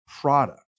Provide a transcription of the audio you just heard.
product